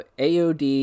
AOD